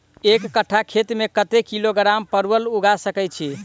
एक कट्ठा खेत मे कत्ते किलोग्राम परवल उगा सकय की??